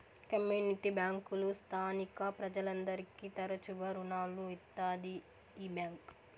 community బ్యాంకులు స్థానిక ప్రజలందరికీ తరచుగా రుణాలు ఇత్తాది ఈ బ్యాంక్